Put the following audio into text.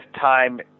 time